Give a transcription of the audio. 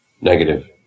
Negative